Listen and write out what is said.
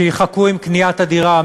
שיחכו עם קניית הדירה.